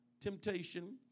temptation